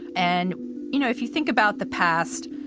and you know if you think about the past,